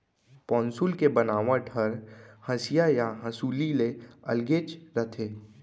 पौंसुल के बनावट हर हँसिया या हँसूली ले अलगेच रथे